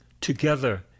together